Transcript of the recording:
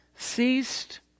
Ceased